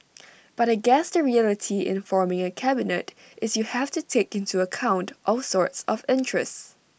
but I guess the reality in forming A cabinet is you have to take into account all sorts of interests